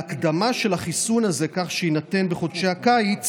הקדמה של החיסון הזה כך שיינתן בחודשי הקיץ